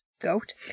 goat